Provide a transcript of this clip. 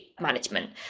management